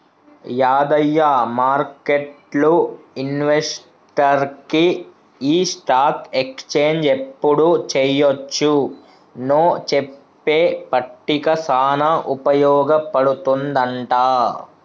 యాదయ్య మార్కెట్లు ఇన్వెస్టర్కి ఈ స్టాక్ ఎక్స్చేంజ్ ఎప్పుడు చెయ్యొచ్చు నో చెప్పే పట్టిక సానా ఉపయోగ పడుతుందంట